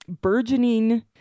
burgeoning